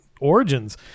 origins